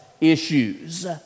issues